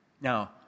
Now